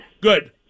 Good